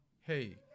Hey